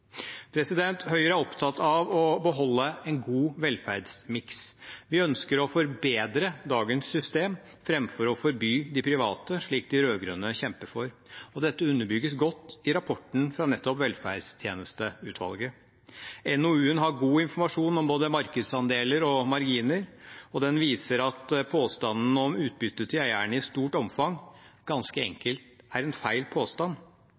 Høyre er opptatt av å beholde en god velferdsmiks. Vi ønsker å forbedre dagens system framfor å forby de private, slik de rød-grønne kjemper for. Dette underbygges godt i rapporten fra nettopp velferdstjenesteutvalget. NOU-en har god informasjon om både markedsandeler og marginer, og den viser at påstanden om utbytte til eierne i stort omfang ganske enkelt er en feil påstand.